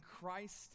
Christ